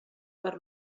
per